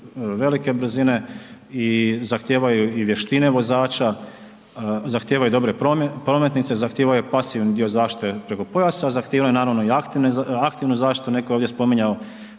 velike brzine i zahtijevaju i vještine vozača, zahtijevaju dobre prometnice, zahtijevaju pasivni dio zaštite preko pojasa, zahtijevaju naravno i aktivnu zaštitu. Netko je ovdje spominjao,